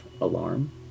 Alarm